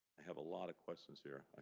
have a lot of questions here.